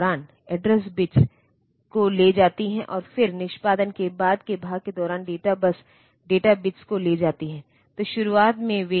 तो bits serial रूप से आ रहे हैं यह एसओडी लाइन के माध्यम से डेटा को सीरियल रूप से आउटपुट कर सकता है